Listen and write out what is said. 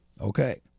Okay